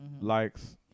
likes